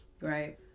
Right